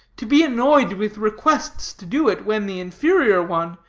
to be annoyed with requests to do it, when the inferior one,